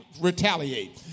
Retaliate